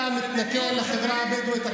אתה מתנכל לחברה הבדואית.